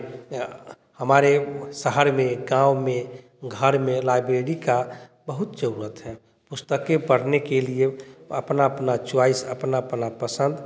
हमारे शहर में गाँव में घर में लाइब्रेरी का बहुत ज़रूरत है पुस्तकें पढ़ने के लिए अपना अपना चॉइस अपना अपना पसंद